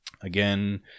Again